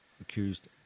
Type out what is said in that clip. accused